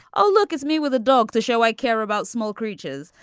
oh look it's me with a dog to show i care about small creatures.